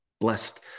blessed